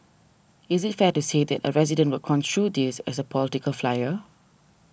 is it fair to say that a resident will construe this as a political flyer